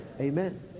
Amen